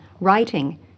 writing